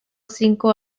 cinco